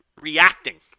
Reacting